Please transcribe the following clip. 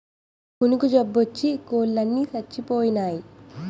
కునుకు జబ్బోచ్చి కోలన్ని సచ్చిపోనాయి